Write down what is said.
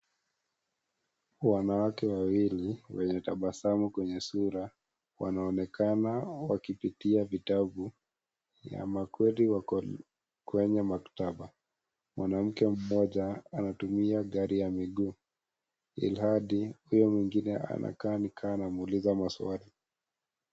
Wanawake wawili wenye tabasabu kwenye sura wanaoneakana wakipitia vitabu. Ama kweli wako kwenye maktaba. Mwanamke mmoja anatumia gari ya miguu, ilhali huyo mwingine anakaa ni kama anamwuliza maswali.